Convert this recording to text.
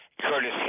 Curtis